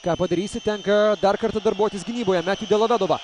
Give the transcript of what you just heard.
ką padarysi tenka dar kartą darbuotis gynyboje metju delovedova